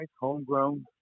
homegrown